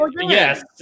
Yes